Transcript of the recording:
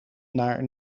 naar